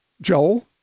Joel